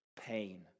pain